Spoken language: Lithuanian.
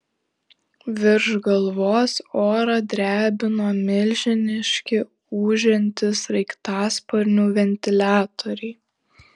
virš galvos orą drebino milžiniški ūžiantys sraigtasparnių ventiliatoriai